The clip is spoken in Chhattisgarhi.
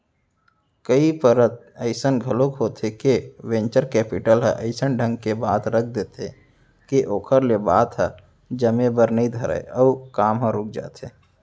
कई परत अइसन घलोक होथे के वेंचर कैपिटल ह अइसन ढंग के बात रख देथे के ओखर ले बात ह जमे बर नइ धरय अउ काम ह रुक जाथे